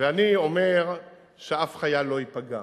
ואני אומר שאף חייל לא ייפגע,